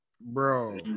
bro